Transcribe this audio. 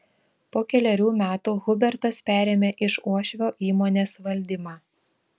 po kelerių metų hubertas perėmė iš uošvio įmonės valdymą